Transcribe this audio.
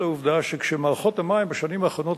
העובדה שכשמערכות המים בשנים האחרונות,